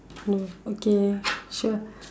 oh okay sure